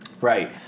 Right